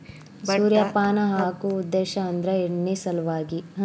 ಸೂರ್ಯಪಾನ ಹಾಕು ಉದ್ದೇಶ ಅಂದ್ರ ಎಣ್ಣಿ ಸಲವಾಗಿ